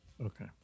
Okay